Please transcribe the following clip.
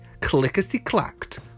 clickety-clacked